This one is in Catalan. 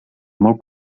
molt